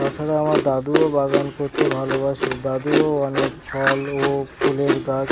তাছাড়া আমার দাদুও বাগান করতে ভালোবাসে দাদুও অনেক ফল ও ফুলের গাছ